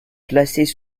placés